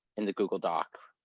in the google doc.